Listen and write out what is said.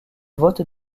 votes